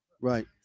Right